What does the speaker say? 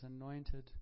anointed